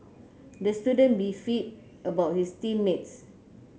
the student about his team mates